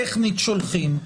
טכנית ושולחים,